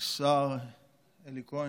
השר אלי כהן,